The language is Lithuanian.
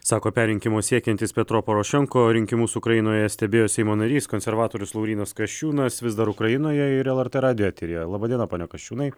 sako perrinkimo siekiantis petro porošenko o rinkimus ukrainoje stebėjo seimo narys konservatorius laurynas kasčiūnas vis dar ukrainoje ir lrt radijo eteryje laba diena pone kasčiūnai